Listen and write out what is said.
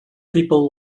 people